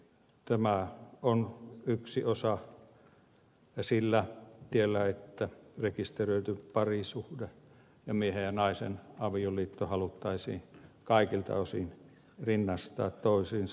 tämä on yksi osa sillä tiellä että rekisteröity parisuhde ja miehen ja naisen avioliitto haluttaisiin kaikilta osin rinnastaa toisiinsa